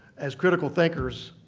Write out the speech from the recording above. as critical thinkers,